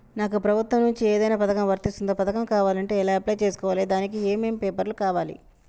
నాకు ప్రభుత్వం నుంచి ఏదైనా పథకం వర్తిస్తుందా? పథకం కావాలంటే ఎలా అప్లై చేసుకోవాలి? దానికి ఏమేం పేపర్లు కావాలి?